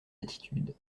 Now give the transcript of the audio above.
attitudes